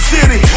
City